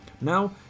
Now